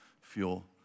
fuel